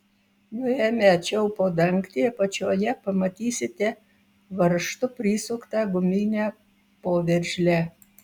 nuėmę čiaupo dangtį apačioje pamatysite varžtu prisuktą guminę poveržlę